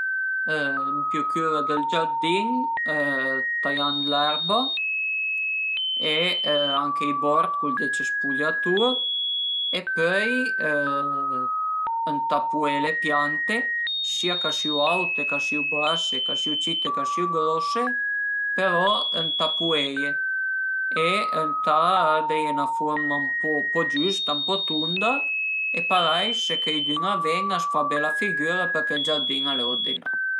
Më pìu cüra dël giardìn taiand l'erba e anche i bord cun ël decespugliatur e pöi ëntà pué le piante sia ch'a sìu aute ch'a sìu base, ch'a sìu cite, ch'a sìu grose però ëntà pueie e ëntà deie 'na furma ën po giüsta, ën po tunda e parei se cheidün a ven a s'fa 'na bela figüra përché ël giardìn al e urdinà